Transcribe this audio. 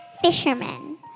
fisherman